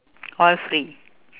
all free